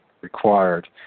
required